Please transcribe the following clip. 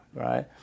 right